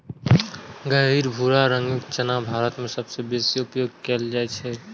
गहींर भूरा रंगक चना भारत मे सबसं बेसी उपयोग कैल जाइ छै